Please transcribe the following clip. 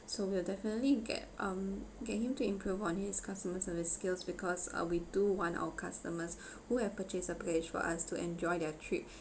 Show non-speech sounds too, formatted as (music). so we'll definitely get um get him to improve on his customer service skills because uh we do want our customers (breath) who have purchased a package from us to enjoy their trip